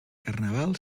carnaval